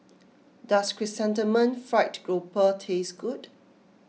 does Chrysanthemum Fried Grouper taste good